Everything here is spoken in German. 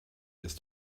ist